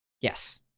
Yes